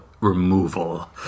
removal